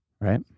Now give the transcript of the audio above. Right